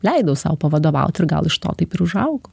leidau sau pavadovaut ir gal iš to taip ir užaugau